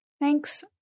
Thanks